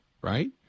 right